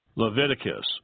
Leviticus